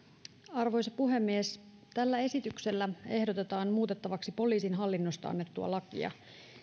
arvoisa puhemies tällä esityksellä ehdotetaan muutettavaksi poliisin hallinnosta annettua lakia